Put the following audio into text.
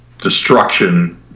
destruction